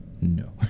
no